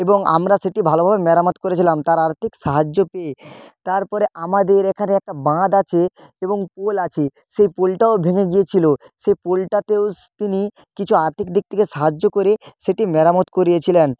এবং আমরা সেটি ভালোভাবে মেরামত করেছিলাম তার আর্থিক সাহায্য পেয়ে তারপরে আমাদের এখানে একটা বাঁধ আছে এবং পোল আছে সেই পোলটাও ভেঙে গিয়েছিলো সে পোলটাতেও তিনি কিছু আর্থিক দিক থেকে সাহায্য করে সেটি মেরামত করিয়েছিলেন